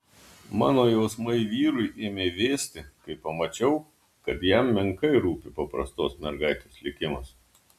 mano jausmai vyrui ėmė vėsti kai pamačiau kad jam menkai rūpi paprastos mergaitės likimas